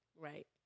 right